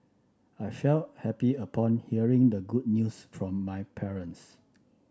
I felt happy upon hearing the good news from my parents